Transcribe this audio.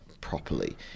properly